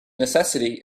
necessity